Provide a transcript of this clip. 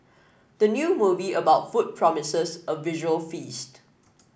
the new movie about food promises a visual feast